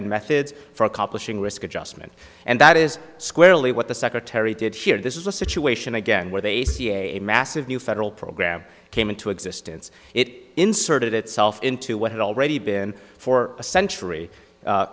and methods for accomplishing risk adjustment and that is squarely what the secretary did here this is a situation again where they see a massive new federal program came into existence it inserted itself into what had already been for a